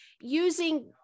Using